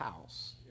house